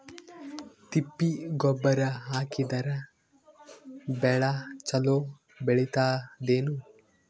ತಿಪ್ಪಿ ಗೊಬ್ಬರ ಹಾಕಿದರ ಬೆಳ ಚಲೋ ಬೆಳಿತದೇನು?